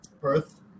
Perth